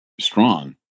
strong